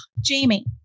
Jamie